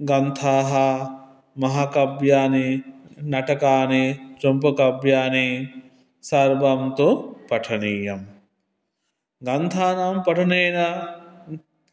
ग्रन्थाः महाकाव्यानि नाटकानि चम्पूकाव्यानि सर्वं तु पठनीयं ग्रन्थानां पठनेन